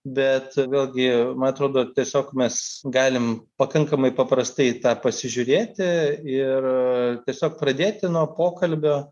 bet vėlgi man atrodo tiesiog mes galim pakankamai paprastai tą pasižiūrėti ir tiesiog pradėti nuo pokalbio